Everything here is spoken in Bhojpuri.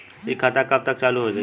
इ खाता कब तक चालू हो जाई?